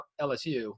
LSU